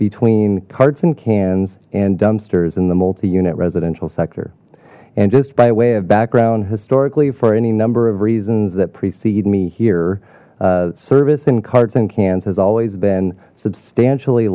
between carts and cans and dumpsters in the multi unit residential sector and just by way of background historically for any number of reasons that precede me here service and carts and cans has always been substantially